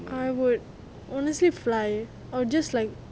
I would honestly fly I will just like